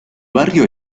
barrio